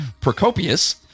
Procopius